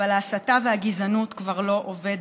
אבל ההסתה והגזענות כבר לא עובדות,